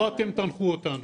לא אתם תנחו אותנו.